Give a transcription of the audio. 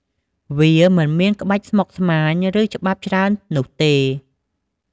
វាមិនមានក្បាច់ស្មុគស្មាញ ឬច្បាប់ច្រើននោះទេ។